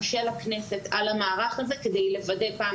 של הכנסת על המערך הזה כדי לוודא פעם